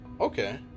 okay